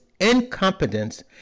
incompetence